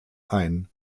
ein